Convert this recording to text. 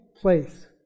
place